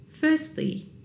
Firstly